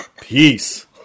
Peace